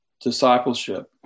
discipleship